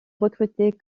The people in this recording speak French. recruter